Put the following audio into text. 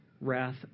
wrath